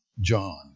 John